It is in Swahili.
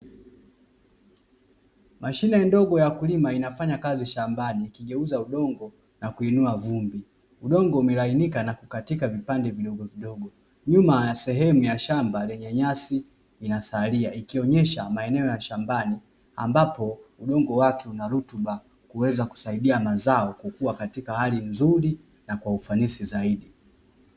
Mashine ndogo ya wakulima inafanya kazi shambani, ikigeuza udongo na kuinua vumbi udongo umelainika na kukatika vipande vidogovidogo nyuma ya sehemu ya shamba lenye nyanyasi linasalia, ikionyesha maeneo ya shambani ambapo udongo wake unarutuba kuweza